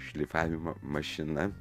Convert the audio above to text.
šlifavimo mašina